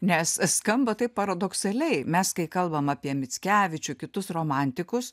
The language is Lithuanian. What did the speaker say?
nes skamba taip paradoksaliai mes kai kalbam apie mickevičių kitus romantikus